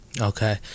Okay